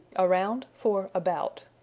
around for about.